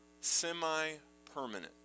semi-permanent